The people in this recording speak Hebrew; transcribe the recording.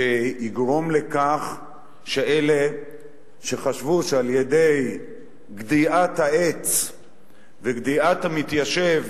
שיגרום לכך שאלה שחשבו שעל-ידי גדיעת העץ וגדיעת המתיישב